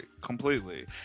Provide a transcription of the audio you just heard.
completely